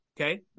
Okay